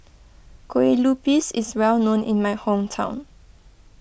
Kue Lupis is well known in my hometown